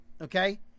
Okay